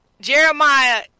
Jeremiah